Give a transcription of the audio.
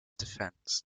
defense